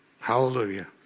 Hallelujah